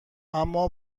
اما